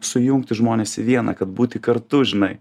sujungti žmones į vieną kad būti kartu žinai